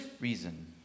reason